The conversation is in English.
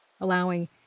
allowing